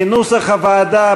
כנוסח הוועדה,